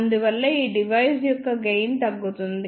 అందువల్ల ఈ డివైస్ యొక్క గెయిన్ తగ్గుతుంది